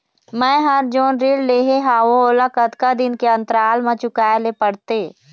मैं हर जोन ऋण लेहे हाओ ओला कतका दिन के अंतराल मा चुकाए ले पड़ते?